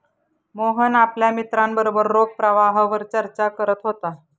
मोहन आपल्या मित्रांबरोबर रोख प्रवाहावर चर्चा करत होता